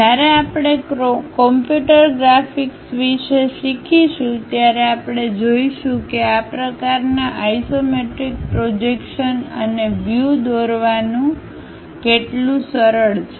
જ્યારે આપણે computer graphics વિશે શીખીશું ત્યારે આપણે જોઈશું કે આ પ્રકારનાં આઇસોમેટ્રિક પ્રોજેક્શન અને વ્યૂ દોરવાનુંનું કેટલું સરળ છે